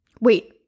wait